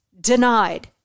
Denied